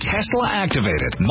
Tesla-activated